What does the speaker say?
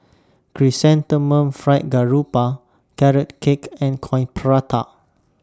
Chrysanthemum Fried Garoupa Carrot Cake and Coin Prata